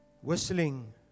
Whistling